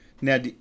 Now